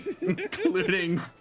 including